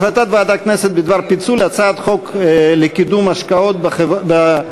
החלטת ועדת הכנסת בדבר פיצול הצעת חוק לקידום השקעות בחברות